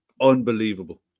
unbelievable